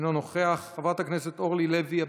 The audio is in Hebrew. אינו נוכח, חברת הכנסת אורלי לוי אבקסיס,